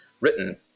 written